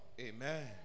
Amen